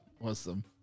Awesome